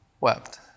wept